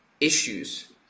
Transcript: issues